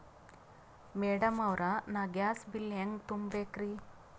Madam ಅವ್ರ, ನಾ gas bill ಹೆಂಗ ತುಂಬಾ ಬೇಕ್ರಿ?